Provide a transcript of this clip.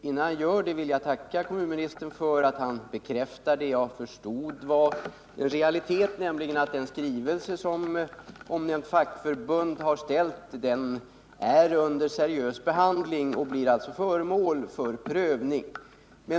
Innan jag gör det vill jag tacka kommunministern för att han bekräftade vad jag förstod var en realitet, nämligen att den skrivelse som fackförbundet avlämnat är under seriös behandling och alltså blir föremål för prövning.